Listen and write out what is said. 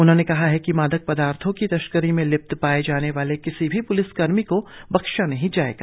उन्होंने कहा कि मादक पदार्थो की तस्करी में लिप्त पाये जाने वाले किसी भी प्लिस कर्मियों को बख्सा नही जायेगा